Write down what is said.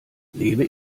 lebe